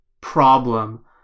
problem